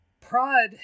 pride